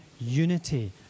unity